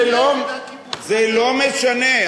זה לא משנה.